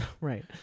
right